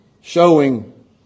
Showing